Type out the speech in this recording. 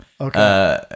Okay